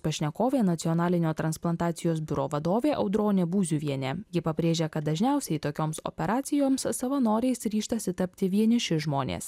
pašnekovė nacionalinio transplantacijos biuro vadovė audronė būziuvienė ji pabrėžė kad dažniausiai tokioms operacijoms savanoriais ryžtasi tapti vieniši žmonės